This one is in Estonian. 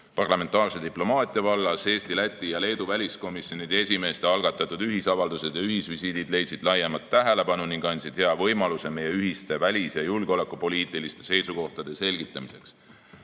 parlamentaarse diplomaatia vallas. Eesti, Läti ja Leedu väliskomisjonide esimeeste algatatud ühisavaldused ja ühisvisiidid leidsid laiemat tähelepanu ning andsid hea võimaluse meie ühiste välis- ja julgeolekupoliitiliste seisukohtade selgitamiseks. Ainuüksi